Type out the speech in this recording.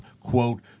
quote